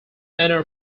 enter